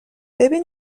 ببین